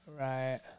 right